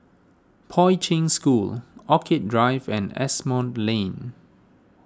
Poi Ching School Orchid Drive and Asimont Lane